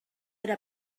era